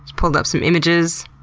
pulled up some images.